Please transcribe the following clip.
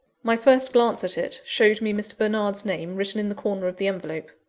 my first glance at it, showed me mr. bernard's name written in the corner of the envelope.